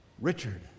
Richard